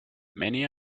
many